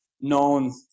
known